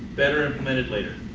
better implemented later,